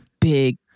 big